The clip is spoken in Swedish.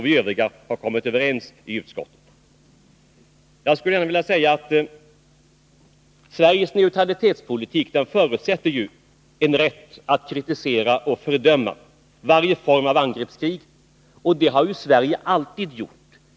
Vi övriga i utskottet har kommit överens. Sveriges neutralitetspolitik förutsätter en rätt att kritisera och fördöma varje form av angreppskrig. Och det har Sverige alltid gjort.